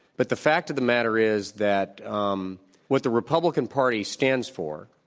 but the fact of the matter is that um what the republican party stands for,